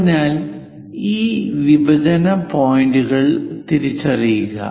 അതിനാൽ ഈ വിഭജന പോയിന്റുകൾ തിരിച്ചറിയുക